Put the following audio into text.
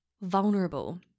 vulnerable